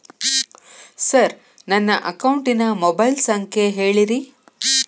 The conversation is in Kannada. ಸರ್ ನನ್ನ ಅಕೌಂಟಿನ ಮೊಬೈಲ್ ಸಂಖ್ಯೆ ಹೇಳಿರಿ